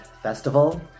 festival